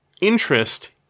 interest